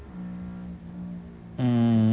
hmm